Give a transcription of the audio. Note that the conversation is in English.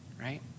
right